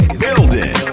building